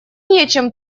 нечем